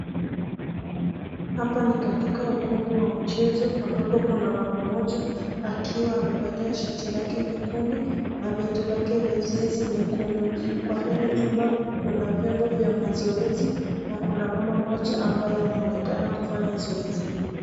Hapa ni katika ukumbi wa mchezo ambapo kuna mama moja akiwa amevalia shati lake nyekundu, na viatu lake vya zoezi nyekundu. Kwa hili chumba kuna vyombo vya mazoezi na kuna mama moja ambayo anaonekana kufanya zoezi.